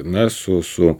na su su